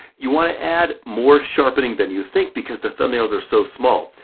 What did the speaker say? you wanna add more sharpening than you think because the thumbnails are so small.